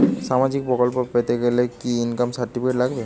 সামাজীক প্রকল্প পেতে গেলে কি ইনকাম সার্টিফিকেট লাগবে?